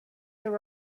there